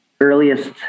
earliest